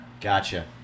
Gotcha